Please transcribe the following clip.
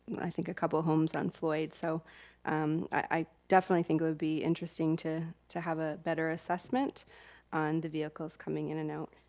i think a couple homes on floyd. so um i definitely think it would be interesting to to have a better assessment on the vehicles coming in and out,